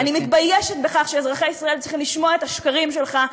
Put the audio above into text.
אני מתביישת בכך שאזרחי ישראל צריכים לשמוע את השקרים שלך.